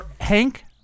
Hank